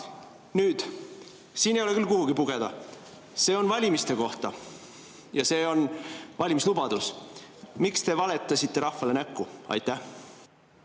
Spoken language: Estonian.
Nüüd, siin ei ole küll kuhugi pugeda, see on valimiste kohta ja see on valimislubadus. Miks te valetasite rahvale näkku? Aitäh,